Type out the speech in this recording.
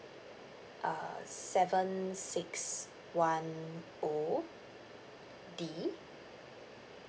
uh seven six one O D